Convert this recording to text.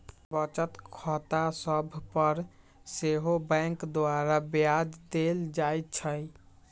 बचत खता सभ पर सेहो बैंक द्वारा ब्याज देल जाइ छइ